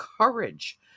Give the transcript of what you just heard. courage